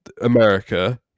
America